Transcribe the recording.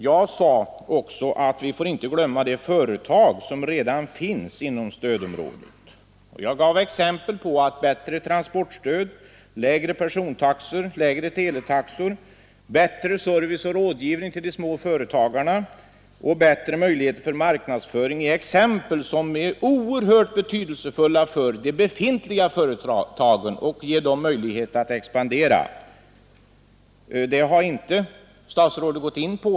Jag sade också att vi inte får glömma de företag som redan finns inom stödområdet. Jag nämnde bättre transportstöd, lägre persontaxor, lägre teletaxor, bättre service och rådgivning till de små företagarna och bättre möjligheter för marknadsföring som exempel på åtgärder som är oerhört värdefulla för de befintliga företagen och ger dem chans att expandera. Det har inte statsrådet gått in på.